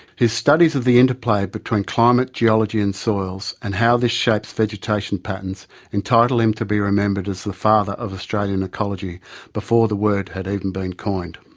his studies of the interplay between climate, geology and soils and how this shapes vegetation patterns entitle him to be remembered as the father of australian ecology before the word had even been coined.